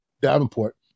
Davenport